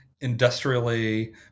industrially